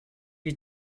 you